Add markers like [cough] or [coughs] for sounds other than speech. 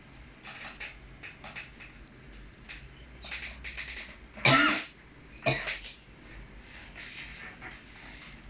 [coughs]